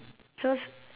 just